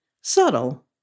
Subtle